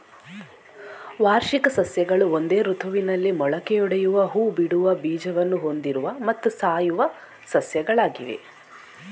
ವಾರ್ಷಿಕ ಸಸ್ಯಗಳು ಒಂದೇ ಋತುವಿನಲ್ಲಿ ಮೊಳಕೆಯೊಡೆಯುವ ಹೂ ಬಿಡುವ ಬೀಜವನ್ನು ಹೊಂದಿರುವ ಮತ್ತು ಸಾಯುವ ಸಸ್ಯಗಳಾಗಿವೆ